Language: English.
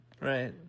right